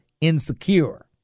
Insecure